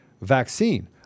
vaccine